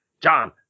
John